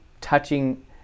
touching